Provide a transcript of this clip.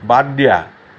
বাদ দিয়া